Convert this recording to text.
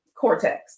cortex